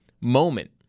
moment